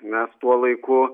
mes tuo laiku